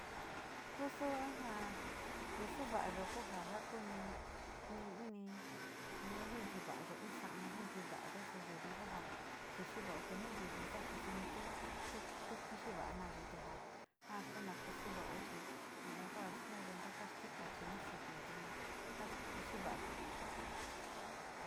Ku suu ja, kusu va’ayo ku ni, ni uni nu ji´inti va’ayo in sa´ama ji´inti va’ayo su yuga ku ja kixi vaao te nu viji sa´a chi suni tu, tu kixi va’anayo, ja na kusu vao chi yuga kuu stee gayo tikachi sikiyo te na kixi va’ayo.